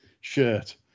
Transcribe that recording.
shirt